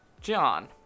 John